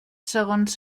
segons